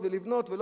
ולבנות ולבנות,